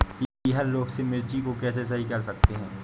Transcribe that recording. पीहर रोग से मिर्ची को कैसे सही कर सकते हैं?